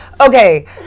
Okay